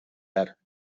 better